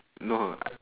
no